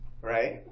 right